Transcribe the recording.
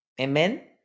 Amen